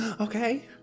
Okay